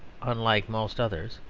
unlike most others,